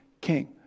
king